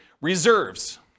reserves